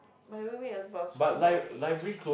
my roommate is she not my age